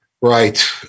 Right